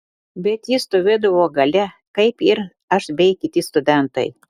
bet ji stovėdavo gale kaip ir aš bei kiti studentai